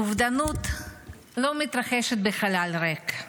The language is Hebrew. אובדנות לא מתרחשת בחלל ריק,